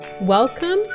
Welcome